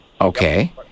Okay